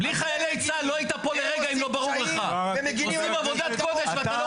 בלי חיילי צה"ל, לא היית פה לרגע, אם לא ברור לך.